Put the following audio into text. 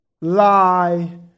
lie